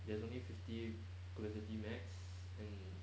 there's only fifty capacity max and